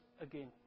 again